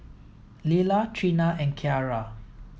Lilah Treena and Kiarra